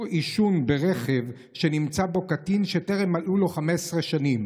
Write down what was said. עישון ברכב שנמצא בו קטין שטרם מלאו לו 15 שנים,